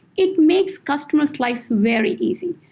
it makes customers' lives very easy.